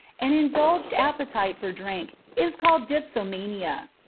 an indulged appetite for drink is called dipsomania.